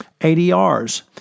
ADRs